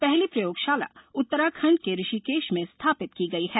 पहली प्रयोगशाला उत्तराखण्ड के ऋषिकेश में स्थापित की गई है